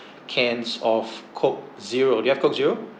cans of coke zero do you have coke zero